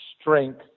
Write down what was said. strength